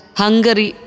Hungary